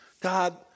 God